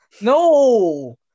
No